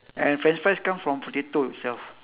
and french fries come from potato itself